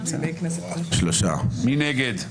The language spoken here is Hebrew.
10 נגד,